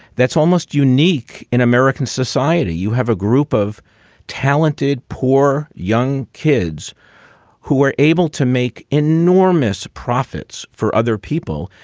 that's almost unique in american society. you have a group of talented, poor young kids who are. able to make enormous profits for other people.